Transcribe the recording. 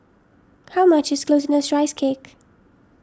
how much is Glutinous Rice Cake